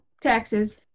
taxes